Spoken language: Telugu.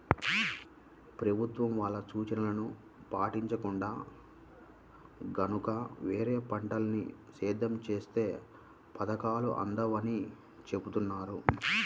ప్రభుత్వం వాళ్ళ సూచనలను పాటించకుండా గనక వేరే పంటల్ని సేద్యం చేత్తే పథకాలు అందవని చెబుతున్నారు